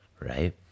Right